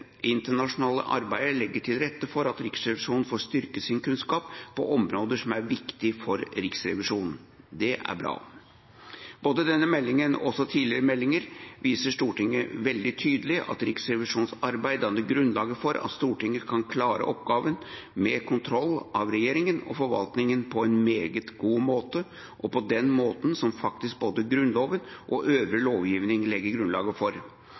internasjonale arbeidet legger til rette for at Riksrevisjonen får styrket sin kunnskap på områder som er viktige for Riksrevisjonen. Det er bra. Både ved denne meldingen og også tidligere meldinger viser Stortinget veldig tydelig at Riksrevisjonens arbeid danner grunnlaget for at Stortinget kan klare oppgaven med kontroll av regjeringen og forvaltningen på en meget god måte – og på den måten som faktisk både Grunnloven og øvrig lovgivning legger grunnlaget for.